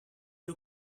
you